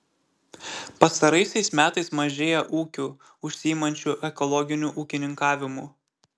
pastaraisiais metais mažėja ūkių užsiimančių ekologiniu ūkininkavimu